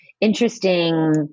interesting